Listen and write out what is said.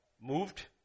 moved